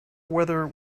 whether